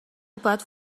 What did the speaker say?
باید